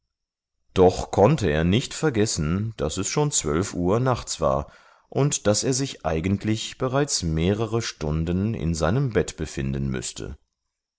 doch konnte er nicht vergessen daß es schon zwölf uhr nachts war und daß er sich eigentlich bereits mehrere stunden in seinem bett befinden müßte